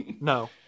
No